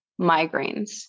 migraines